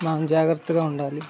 మనం జాగ్రత్తగా ఉండాలి